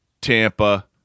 tampa